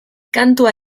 kantua